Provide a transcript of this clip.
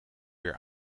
weer